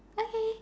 okay